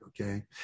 okay